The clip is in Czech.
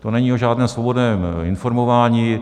To není o žádném svobodném informování.